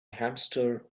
hamster